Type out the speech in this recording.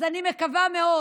אז אני מקווה מאוד